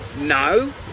No